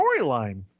storyline